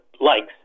likes